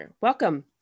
Welcome